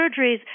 surgeries